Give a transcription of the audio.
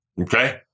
Okay